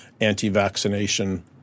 anti-vaccination